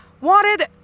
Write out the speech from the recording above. wanted